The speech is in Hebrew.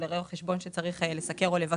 אם זה רואה חשבון שצריך לסקר ולבקר